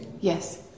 Yes